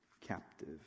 captive